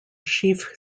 sheaf